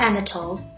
Anatole